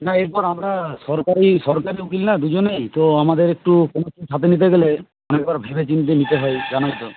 না এরপর আমরা সরকারি সরকারি উকিল না দুজনেই তো আমাদের একটু হাতে নিতে গেলে অনেকবার ভেবে চিন্তে নিতে হয় জানোই তো